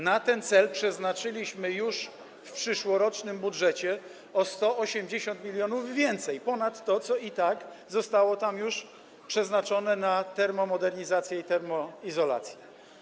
Na ten cel przeznaczyliśmy już w przyszłorocznym budżecie o 180 mln więcej ponad to, co i tak zostało tam już przeznaczone na termomodernizację i termoizolację.